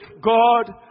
God